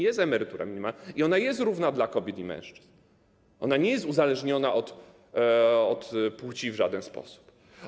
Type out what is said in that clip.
Jest emerytura minimalna i ona jest równa dla kobiet i mężczyzn, ona nie jest uzależniona od płci w żaden sposób.